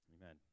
Amen